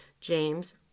James